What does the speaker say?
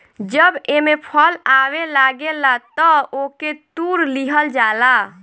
जब एमे फल आवे लागेला तअ ओके तुड़ लिहल जाला